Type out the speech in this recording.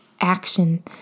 action